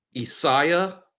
Isaiah